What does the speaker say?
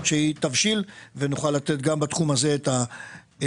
שתבשיל ותוכל לתת גם בתחום הזה את הסיוע.